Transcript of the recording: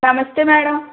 నమస్తే మేడమ్